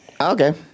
Okay